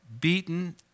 beaten